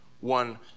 one